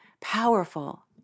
powerful